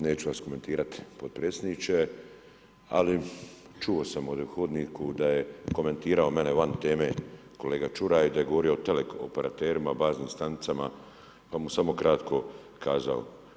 Neću vas komentirati potpredsjedniče, ali čuo sam ovdje u hodniku da je komentirao mene van teme kolege Čuraj, da je govorio o teleoperaterima, baznim stanicama, pa mu samo kratko kazao.